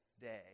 day